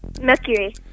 Mercury